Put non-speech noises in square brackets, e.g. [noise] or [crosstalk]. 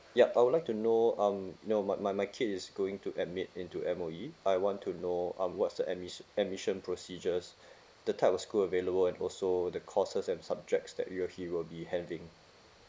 ya I would like to know um know my my my kid is going to admit into M_O_E I want to know um what's the admis~ admission procedures [breath] the type of school available and also the courses and subjects that you will he will be having